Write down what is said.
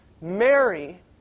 Mary